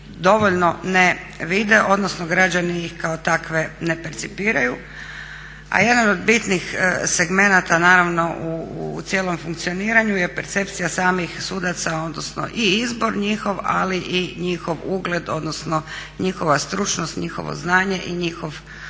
dovoljno ne vide, odnosno građani ih kao takve ne percipiraju. A jedan od bitnih segmenata naravno u cijelom funkcioniranju je percepcija samih sudaca odnosno i izbor njihov, ali i njihov ugled odnosno njihova stručnost, njihovo znanje i njihov odabir.